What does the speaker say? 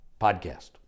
podcast